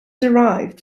derived